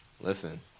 Listen